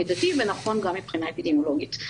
מידתי ונכון גם מבחינה אפידמיולוגית.